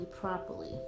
properly